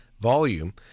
volume